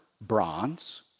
bronze